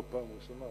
לא פעם ראשונה,